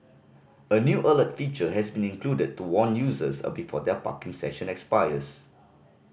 a new alert feature has been included to warn users of before their parking session expires